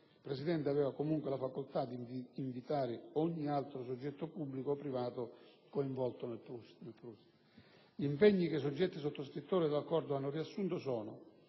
il presidente aveva comunque la facoltà di invitare ogni altro soggetto pubblico o privato coinvolto nel PRUSST. Gli impegni che i soggetti sottoscrittori dell'accordo hanno riassunto sono: